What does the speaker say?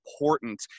important